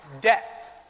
death